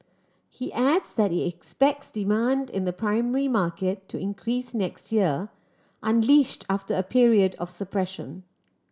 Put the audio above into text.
he adds that he expects demand in the primary market to increase next year unleashed after a period of suppression